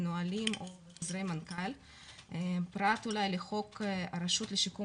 בנהלים או בחוזרי מנכ"ל פרט אולי לחוק הרשות לשיקום